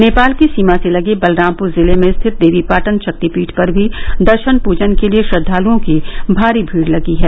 नेपाल की सीमा से लगे बलरामपुर जिले में स्थित देवी पाटन ाक्तिपीठ पर भी दर्शन पूजन के लिये श्रद्धालुओं की भारी भीड़ लगी है